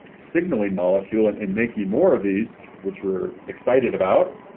signaling molecule and and making more of these, which we're excited about,